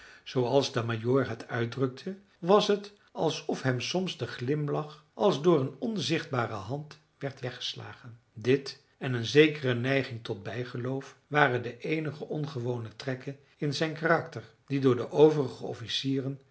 zooals de majoor het uitdrukte was het alsof hem soms de glimlach als door een onzichtbare hand werd weggeslagen dit en een zekere neiging tot bijgeloof waren de eenige ongewone trekken in zijn karakter die door de overige officieren